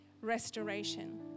restoration